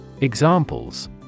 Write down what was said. Examples